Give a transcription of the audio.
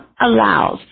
allows